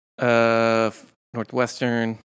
Northwestern